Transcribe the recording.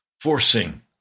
forcing